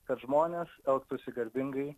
kad žmonės elgtųsi garbingai